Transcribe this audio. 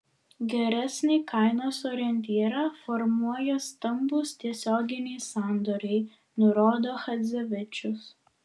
geresnį kainos orientyrą formuoja stambūs tiesioginiai sandoriai nurodo chadzevičius